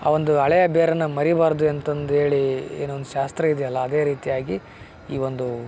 ಆ ಒಂದು ಹಳೆಯ ಬೇರನ್ನು ಮರೀಬಾರದು ಎಂತಂದು ಹೇಳೀ ಏನೋ ಒಂದು ಶಾಸ್ತ್ರ ಇದೆಯಲ್ಲ ಅದೇ ರೀತಿಯಾಗಿ ಈ ಒಂದು